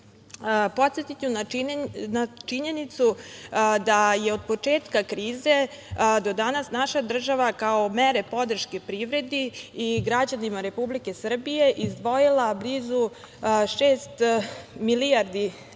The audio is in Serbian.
sebe. Podsetiću na činjenicu da je od početka krize do danas naša država, kao mere podrške privredi i građanima Republike Srbije, izdvojila blizu šest milijardi evra,